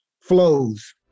flows